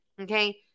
Okay